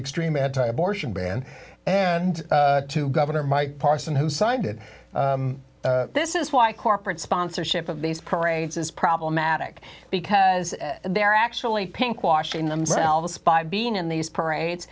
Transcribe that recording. extreme anti abortion ban and to governor mike parson who signed it this is why corporate sponsorship of these parades is problematic because they're actually pink washing themselves by being in these parades